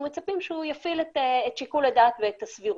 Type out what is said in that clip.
אנחנו מצפים שיפעיל את שיקול הדעת ואת הסבירות.